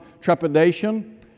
trepidation